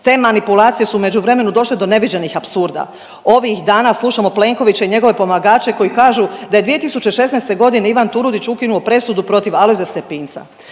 te manipulacije su u međuvremenu došle do neviđenih apsurda. Ovih dana slušamo Plenkovića i njegove pomagače koji kažu da je 2016. godine Ivan Turudić ukinuo presudu protiv Alojzija Stepinca.